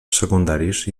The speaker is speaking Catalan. secundaris